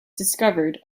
discovered